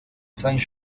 saint